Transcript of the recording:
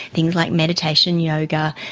things like meditation, yoga,